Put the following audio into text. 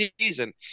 season